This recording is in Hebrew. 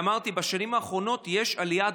אמרתי, בשנים האחרונות יש עלייה הדרגתית,